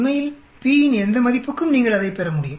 உண்மையில் p இன் எந்த மதிப்புக்கும் நீங்கள் அதைப் பெற முடியும்